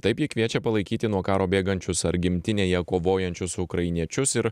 taip ji kviečia palaikyti nuo karo bėgančius ar gimtinėje kovojančius ukrainiečius ir